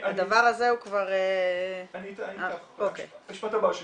הדבר הזה הוא כבר --- זה המשפט הבא שלי.